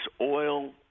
oil